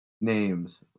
names